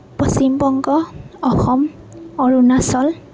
Paschimbanga Assam Arunachal